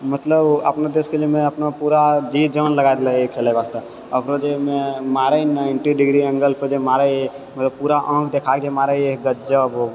मतलब अपनो देशके लिए मैं अपना पूरा जी जान लगा दै रहै खेलै वास्ते अगर जेहिमे मारै नहि नाइनटी डिग्री एंगलपर जे मारैयै ओ पूरा आँख देखाके मारैयै गजब ओ